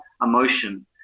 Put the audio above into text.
emotion